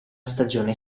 stagione